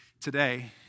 today